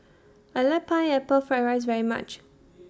I like Pineapple Fried Rice very much